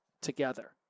together